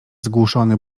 zgłuszony